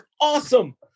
awesome